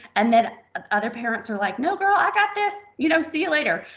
and then ah other parents are like, no, girl. i got this. you know, see you later.